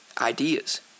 Ideas